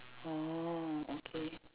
oh okay